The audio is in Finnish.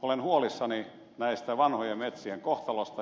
olen huolissani vanhojen metsien kohtalosta